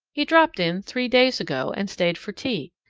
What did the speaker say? he dropped in three days ago and stayed for tea,